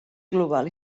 global